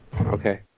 Okay